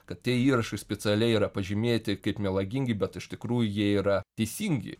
kad tie įrašai specialiai yra pažymėti kaip melagingi bet iš tikrųjų jie yra teisingi